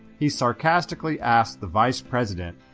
he sarcastically asked the vice president,